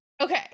okay